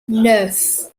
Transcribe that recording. neuf